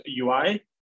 ui